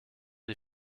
die